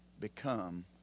become